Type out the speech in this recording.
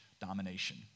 domination